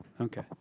Okay